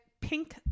Pink